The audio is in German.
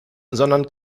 sondern